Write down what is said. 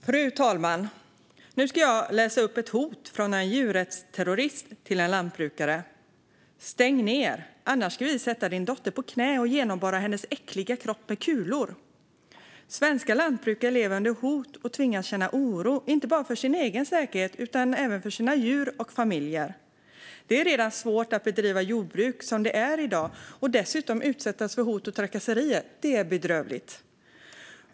Fru talman! Nu ska jag läsa upp ett hot från en djurrättsterrorist mot en lantbrukare: Stäng ned! Annars ska vi sätta din dotter på knä och genomborra hennes äckliga kropp med kulor. Svenska lantbrukare lever under hot och tvingas känna oro inte bara för sin egen säkerhet utan även för sina djur och sina familjer. Det är svårt att bedriva jordbruk redan som det är i dag. Att man dessutom utsätts för hot och trakasserier är bedrövligt.